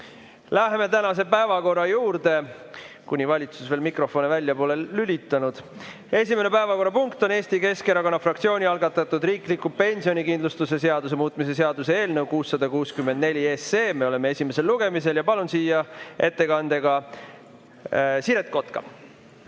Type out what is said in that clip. Läheme tänase päevakorra juurde, kuni valitsus veel mikrofone välja pole lülitanud. Esimene päevakorrapunkt on Eesti Keskerakonna fraktsiooni algatatud riikliku pensionikindlustuse seaduse muutmise seaduse eelnõu 664 esimene lugemine. Palun siia ettekandega Siret Kotka.